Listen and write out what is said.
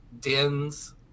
dens